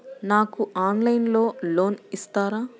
నాకు ఆన్లైన్లో లోన్ ఇస్తారా?